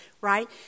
right